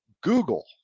Google